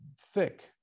thick